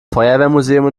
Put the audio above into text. feuerwehrmuseum